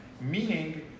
Meaning